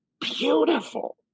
beautiful